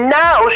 now